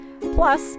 Plus